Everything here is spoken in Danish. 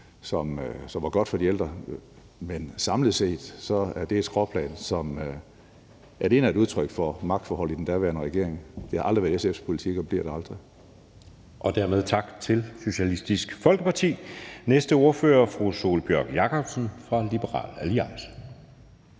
var godt for de ældre, men samlet set var det et skråplan, som alene var et udtryk for magtforholdet i den daværende regering. Det har aldrig været SF's politik og bliver det aldrig. Kl. 11:17 Anden næstformand (Jeppe Søe): Dermed siger vi tak til Socialistisk Folkeparti. Den næste ordfører er fru Sólbjørg Jakobsen fra Liberal Alliance.